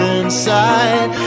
inside